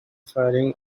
firing